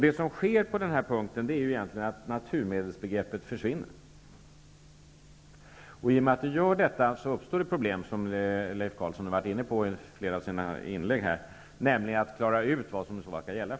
Det som sker på den här punkten är att naturmedelsbegreppet försvinner, och i och med detta uppstår det problem som Leif Carlson har varit inne på i flera av sina inlägg, nämligen att klara ut vad som i så fall skall gälla.